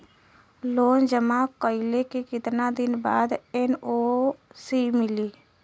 Loan जमा कइले के कितना दिन बाद एन.ओ.सी मिली?